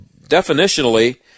definitionally